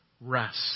rest